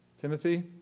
Timothy